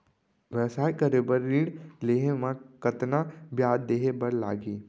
व्यवसाय करे बर ऋण लेहे म कतना ब्याज देहे बर लागही?